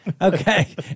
Okay